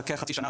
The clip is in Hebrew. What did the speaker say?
חכה חצי שנה,